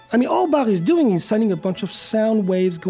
i mean, all bach is doing is sending a bunch of sound waves.